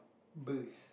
burst